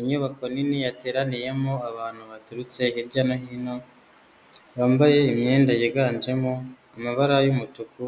Inyubako nini yateraniyemo abantu baturutse hirya no hino bambaye imyenda yiganjemo amabara y'umutuku,